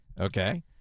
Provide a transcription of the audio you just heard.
Okay